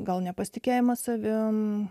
gal nepasitikėjimą savimi